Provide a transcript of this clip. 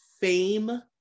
fame